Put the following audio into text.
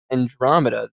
andromeda